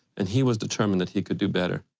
and he was determined that he could do better.